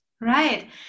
Right